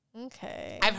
Okay